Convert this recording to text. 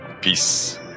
Peace